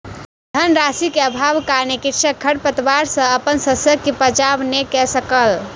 धन राशि के अभावक कारणेँ कृषक खरपात सॅ अपन शस्यक बचाव नै कय सकल